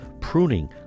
pruning